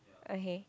okay